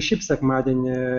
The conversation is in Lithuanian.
šiaip sekmadienį